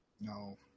no